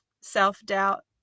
self-doubt